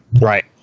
Right